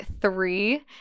three